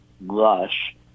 lush